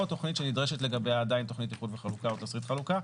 או תכנית שנדרשת לגביה עדיין תכנית איחוד וחלוקה או תשריט חלוקה.